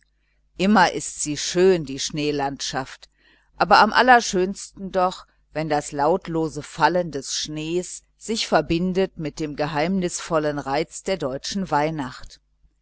immer ist sie schön die schneelandschaft aber am allerschönsten doch wenn das lautlose fallen des schnees sich verbindet mit dem geheimnisvollen reiz der deutschen weihnacht